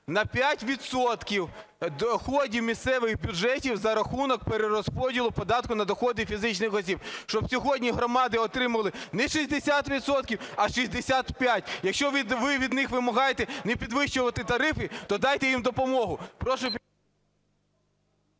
доходів місцевих бюджетів за рахунок перерозподілу податку на доходи фізичних осіб, щоб сьогодні громади отримували не 60 відсотків, а 65. Якщо ви від них вимагаєте не підвищувати тарифи, то дайте їм допомогу.